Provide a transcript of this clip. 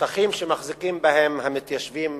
השטחים שמחזיקים בהם המתיישבים